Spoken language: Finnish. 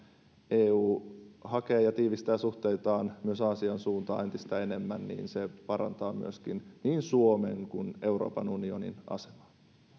eu hakee ja tiivistää suhteitaan myös aasian suuntaan entistä enemmän ja että se parantaa myöskin niin suomen kuin euroopan unionin asemaa